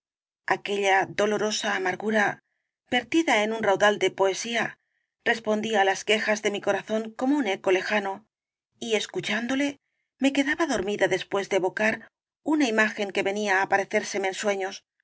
aquella dolorosa amargura vertida en un raudal de poesía respondía á las quejas de mi corazón como un eco lejano y escuchándole me quedaba dormida después de evocar una imagen que venía á aparecérseme en sueños